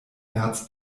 märz